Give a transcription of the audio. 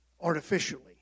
Artificially